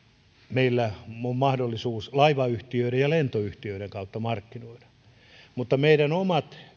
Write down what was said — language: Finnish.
meillä on mahdollisuus laivayhtiöiden ja lentoyhtiöiden kautta markkinoida että meidän omat